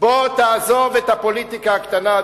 בוא תעזוב את הפוליטיקה הקטנה,